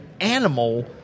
animal